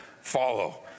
follow